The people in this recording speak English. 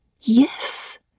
Yes